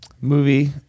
movie